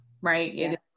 right